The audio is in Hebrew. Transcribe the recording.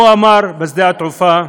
הוא אמר בשדה-התעופה: